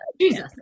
Jesus